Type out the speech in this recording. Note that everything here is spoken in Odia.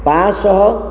ପାଞ୍ଚଶହ